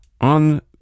on